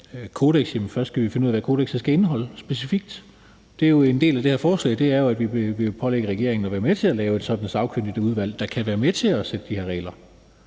Først skal vi finde ud af, hvad kodekset skal indeholde specifikt. Det er jo en del af det her forslag. Det er jo, at vi vil pålægge regeringen at være med til at lave et sådant sagkyndigt udvalg, der kan være med til at sætte de her regler.